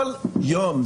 כל יום,